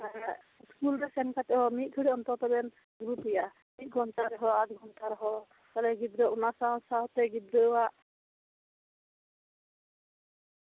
school ᱨᱮ ᱥᱮᱱ ᱠᱟᱛᱮ ᱢᱤᱫᱽᱜᱷᱟᱹᱲᱤᱡ ᱨᱮᱦᱚᱸᱵᱮᱱ ᱫᱩᱲᱩᱵᱮᱭᱟ ᱢᱤᱫ ᱜᱷᱚᱱᱴᱟ ᱨᱮᱦᱚᱸ ᱟᱫᱷ ᱜᱷᱚᱱᱴᱟ ᱨᱮᱦᱚᱸ ᱜᱤᱫᱽᱨᱟᱹ ᱚᱱᱟ ᱥᱟᱶᱼᱥᱟᱶᱛᱮ ᱜᱤᱫᱽᱨᱟᱹᱣᱟᱜ